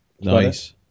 Nice